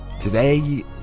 Today